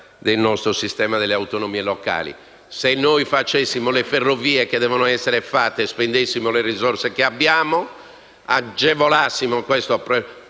del nostro sistema delle autonomie locali. Se facessimo le ferrovie che devono essere fatte e spendessimo le risorse che abbiamo, se agevolassimo questo percorso,